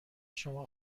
شما